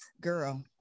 girl